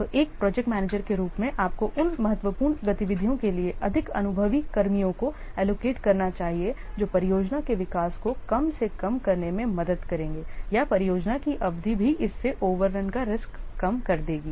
तो एक project manager के रूप में आपको उन महत्वपूर्ण गतिविधियों के लिए अधिक अनुभवी कर्मियों को एलोकेट करना चाहिए जो परियोजना के विकास को कम करने में मदद करेंगे या परियोजना की अवधि भी इससे ओवररन का रीस्क कम कर देगी